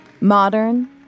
modern